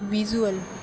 visual